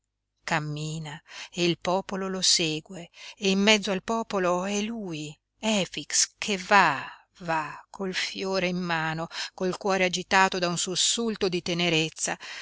cammina e il popolo lo segue e in mezzo al popolo è lui efix che va va col fiore in mano col cuore agitato da un sussulto di tenerezza